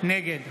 נגד